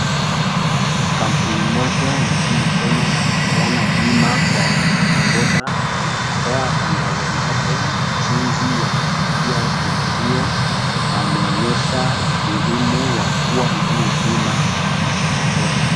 Kampuni moja nchini Kenya ya kupeana bima kwa wana bodaboda inatoa tangazo lake ya jinsi ya kulipia bima hiyo na wameonyesha umuhimu wa kuwa na hiyo bima kwa wenye bodaboda.